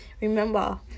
Remember